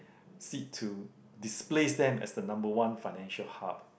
seek to displace them as the number one financial hub